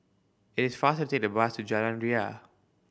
it is faster to take the bus to Jalan Ria